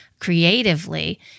creatively